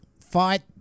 Fight